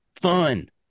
fun